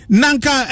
nanka